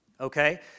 Okay